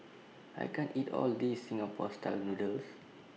I can't eat All of This Singapore Style Noodles